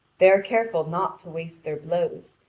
they are careful not to waste their blows,